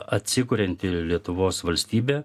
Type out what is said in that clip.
atsikurianti lietuvos valstybė